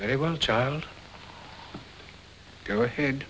very well child go ahead